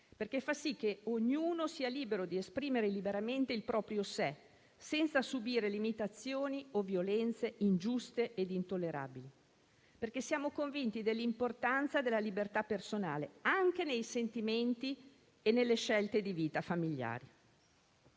perché fa sì che ognuno sia libero di esprimere liberamente il proprio sé, senza subire limitazioni o violenze ingiuste ed intollerabili. Siamo, infatti, convinti dell'importanza della libertà personale anche nei sentimenti e nelle scelte di vita familiare.